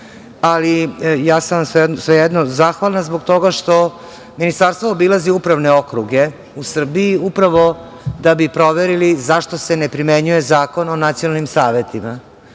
sam svejedno zahvalna zbog toga što Ministarstvo obilazi upravne okruge u Srbiji, a da bi proverili zašto se ne primenjuje Zakon o nacionalnim savetima